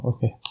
Okay